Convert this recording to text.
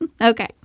Okay